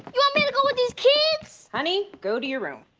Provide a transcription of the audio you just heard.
you want me to go with these kids? honey, go to your room.